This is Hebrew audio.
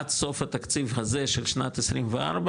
עד סוף התקציב הזה של שנת 24,